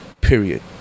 period